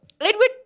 Edward